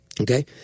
Okay